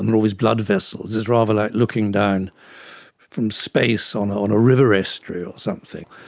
and all these blood vessels, it's rather like looking down from space on on a river estuary or something,